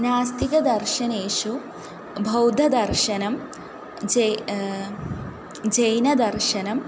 नास्तिकदर्शनेषु बौद्धदर्शनं जै जैनदर्शनं